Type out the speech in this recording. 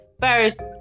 first